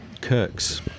Kirk's